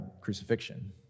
crucifixion